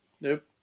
Nope